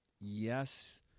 yes